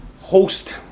host